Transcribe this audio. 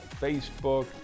Facebook